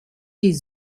die